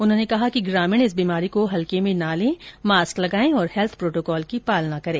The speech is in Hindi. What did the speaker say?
उन्होंने कहा कि ग्रामीण इस बीमारी को हल्के में ना लें मास्क लगाए और हैल्थ प्रोटोकॉल की पालना करें